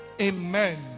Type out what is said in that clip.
Amen